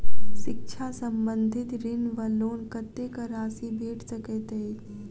शिक्षा संबंधित ऋण वा लोन कत्तेक राशि भेट सकैत अछि?